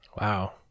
Wow